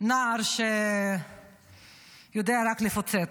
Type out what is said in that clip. נער שיודע רק לפוצץ.